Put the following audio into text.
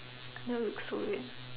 that would look so weird